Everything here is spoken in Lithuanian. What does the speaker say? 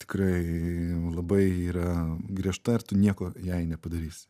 tikrai labai yra griežta ir tu nieko jai nepadarysi